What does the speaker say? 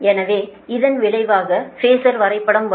எனவே இதன் விளைவாக பேஸர் வரைபடம் வரும்